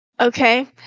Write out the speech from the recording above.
okay